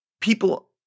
people